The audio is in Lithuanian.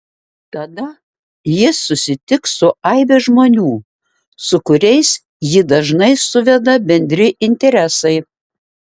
tada jis susitiks su aibe žmonių su kuriais jį dažnai suveda bendri interesai